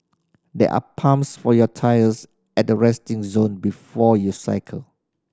there are pumps for your tyres at the resting zone before you cycle